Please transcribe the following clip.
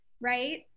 right